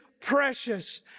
precious